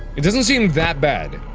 it doesn't seem that bad